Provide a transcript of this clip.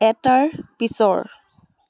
এটাৰ পিছৰ